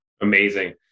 Amazing